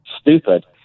stupid